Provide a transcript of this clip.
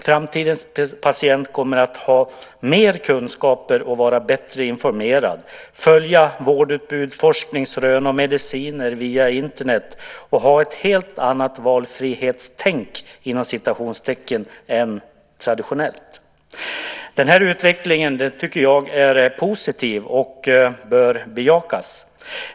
Framtidens patient kommer att ha mer kunskaper och vara bättre informerad, följa vårdutbud, forskningsrön och mediciner via Internet och ha ett helt annat "valfrihetstänk" än det traditionella. Den här utvecklingen tycker jag är positiv och bör bejakas.